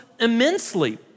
immensely